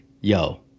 yo